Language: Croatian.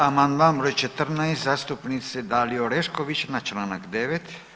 Amandman broj 14. zastupnice Dalije Orešković na Članak 9.